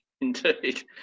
Indeed